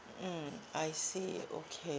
mm I see okay